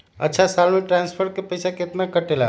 अछा साल मे ट्रांसफर के पैसा केतना कटेला?